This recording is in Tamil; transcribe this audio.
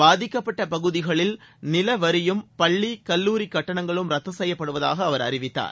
பாதிக்கப்பட்ட பகுதிகளில் நில வரியும் பள்ளி கல்லூரி கட்டணங்களும் ரத்து செய்யப்படுவதாக அவர் அறிவித்தார்